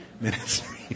ministry